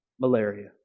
malaria